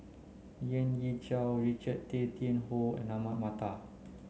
Lien Ying Chow Richard Tay Tian Hoe and Ahmad Mattar